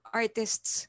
artists